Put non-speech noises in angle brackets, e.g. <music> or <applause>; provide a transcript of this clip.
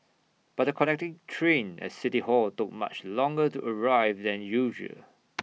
but the connecting train at city hall took much longer to arrive than usual <noise>